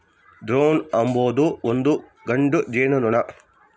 drone ಅಂಬೊದು ಒಂದು ಗಂಡು ಜೇನುನೊಣ